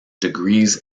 degrees